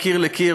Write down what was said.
מקיר לקיר,